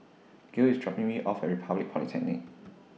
Gale IS dropping Me off At Republic Polytechnic